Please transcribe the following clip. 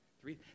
Three